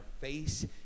face